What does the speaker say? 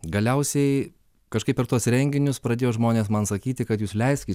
galiausiai kažkaip per tuos renginius pradėjo žmonės man sakyti kad jus leiskit